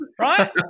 right